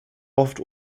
oft